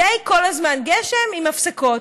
די כל הזמן גשם, עם הפסקות.